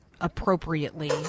appropriately